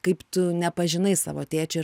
kaip tu nepažinai savo tėčio